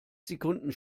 sekunden